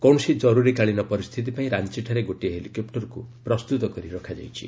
କୌଣସି ଜରୁରୀକାଳୀନ ପରିସ୍ଥିତି ପାଇଁ ରାଞ୍ଚଠାରେ ଗୋଟିଏ ହେଲିକପ୍ଟରକୁ ପ୍ରସ୍ତୁତ କରି ରଖାଯାଇଛି